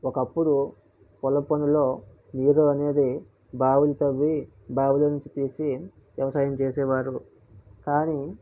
ఒకప్పుడు పొలంపనులో నీరు అనేది బావిని తవ్వి బావిలో నుంచి తీసి వ్యవసాయం చేసేవారు కానీ